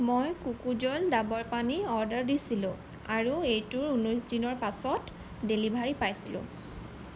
মই কোকোজল ডাবৰ পানী অৰ্ডাৰ দিছিলোঁ আৰু এইটোৰ ঊনৈছ দিনৰ পাছত ডেলিভাৰী পাইছিলোঁ